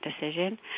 decision